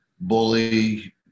bully